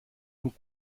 nur